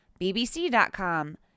bbc.com